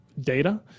data